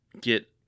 get